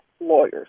lawyers